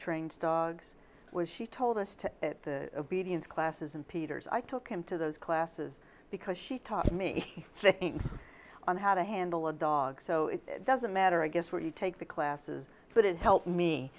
trained dogs which she told us to obedience classes and peters i took him to those classes because she taught me on how to handle a dog so it doesn't matter i guess where you take the classes but it helped me